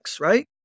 right